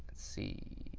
see.